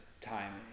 time